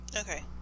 okay